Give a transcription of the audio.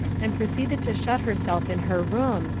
and proceeded to shut herself in her room,